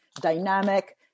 dynamic